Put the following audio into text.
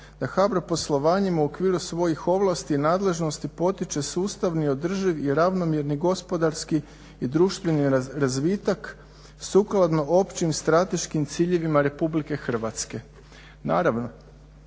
da HBOR poslovanjima u okviru svojih ovlasti i nadležnosti potiče sustavni, održiv i ravnomjerni gospodarski i društveni razvitak sukladno općim strateškim ciljevima Republike Hrvatske. Naravno,